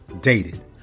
dated